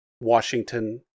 Washington